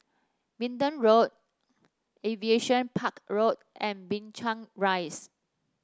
Minden Road Aviation Park Road and Binchang Rise